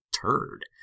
turd